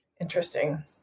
Interesting